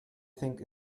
think